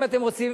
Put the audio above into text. אם אתם רוצים,